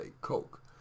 coke